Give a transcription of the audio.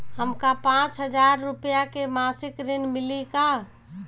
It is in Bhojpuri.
हमका पांच हज़ार रूपया के मासिक ऋण मिली का?